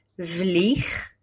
vlieg